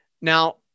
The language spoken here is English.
now